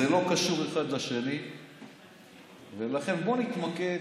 זה לא קשור אחד לשני ולכן בוא נתמקד,